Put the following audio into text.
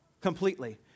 completely